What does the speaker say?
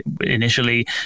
initially